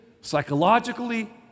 psychologically